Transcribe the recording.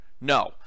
No